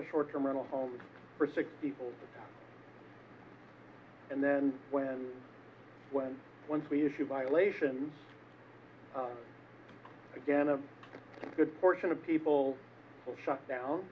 of short term rental homes for sick people and then when when once we if you violations again a good portion of people will shut down